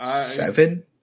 seven